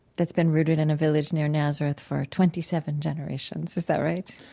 that's been rooted in a village near nazareth for twenty seven generations. is that right?